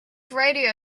radio